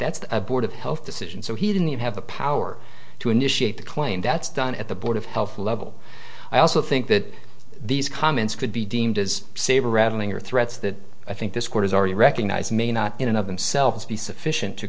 that's a board of health decision so he didn't have the power to initiate the claim that's done at the board of health level i also think that these comments could be deemed as saber rattling or threats that i think this court has already recognize may not in and of themselves be sufficient to